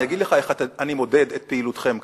אני אגיד לך איך אני מודד את פעילותכם כאן,